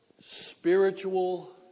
spiritual